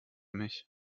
mich